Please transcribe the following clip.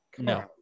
No